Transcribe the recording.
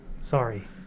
Sorry